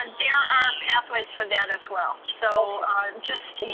and there are pathways for that as well. so just,